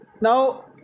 Now